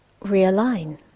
realign